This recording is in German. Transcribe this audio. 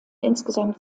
insgesamt